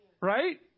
Right